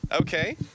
Okay